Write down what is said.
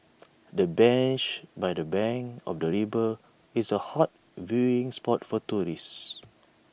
the bench by the bank of the river is A hot viewing spot for tourists